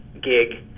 gig